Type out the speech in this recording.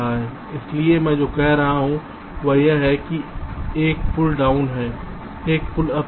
इसलिए मैं जो कह रहा हूं वह यह है कि एक पुल डाउन है एक पुल अप है